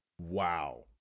wow